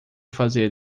fazer